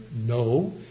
No